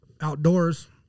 outdoors